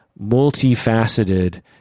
multifaceted